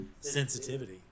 sensitivity